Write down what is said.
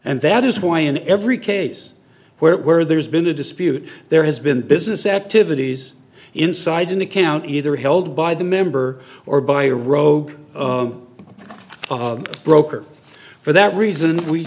and that is why in every case where there's been a dispute there has been business activities inside an account either held by the member or by a rogue broker for that reason we